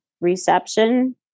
reception